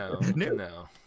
no